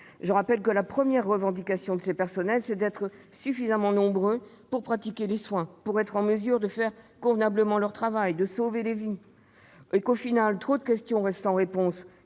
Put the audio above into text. Je rappelle que la première revendication de ces personnels est d'être suffisamment nombreux pour pratiquer les soins, pour être en mesure de faire convenablement leur travail, de sauver des vies. Or, au final, trop de questions restent sans réponse